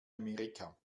amerika